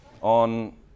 on